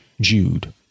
Jude